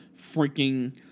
freaking